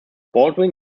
baldwin